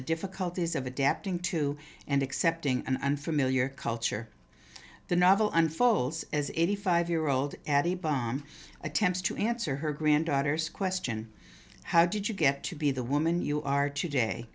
the difficulties of adapting to and accepting an unfamiliar culture the novel unfolds as eighty five year old addie bomb attempts to answer her granddaughter's question how did you get to be the woman you are today